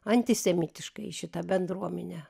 antisemitiškai į šitą bendruomenę